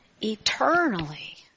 eternally